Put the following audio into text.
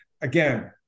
Again